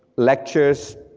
lectures,